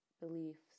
beliefs